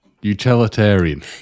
Utilitarian